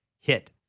hit